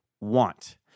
want